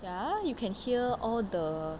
ya you can hear all the